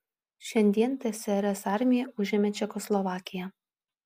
šiandien tsrs armija užėmė čekoslovakiją